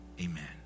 Amen